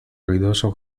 ruidoso